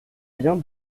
bien